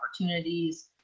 opportunities